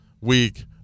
week